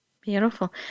Beautiful